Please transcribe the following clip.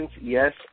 yes